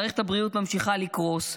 מערכת הבריאות ממשיכה לקרוס.